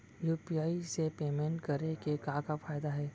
UPI से payment करे के का का फायदा हे?